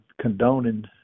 condoning